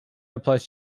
applies